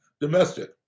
domestic